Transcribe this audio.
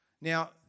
Now